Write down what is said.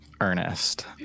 Ernest